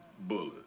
Bullet